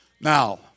Now